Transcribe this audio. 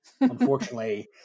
unfortunately